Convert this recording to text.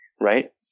right